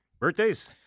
Birthdays